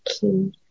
key